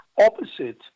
opposite